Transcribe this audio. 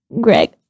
Greg